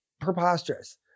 preposterous